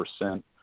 percent